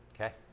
Okay